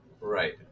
Right